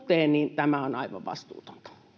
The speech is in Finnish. suhteen. Kiitoksia. — Edustaja